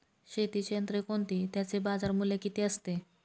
शेतीची यंत्रे कोणती? त्याचे बाजारमूल्य किती असते?